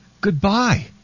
goodbye